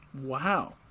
Wow